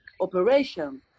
operation